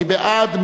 מי בעד?